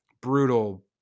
brutal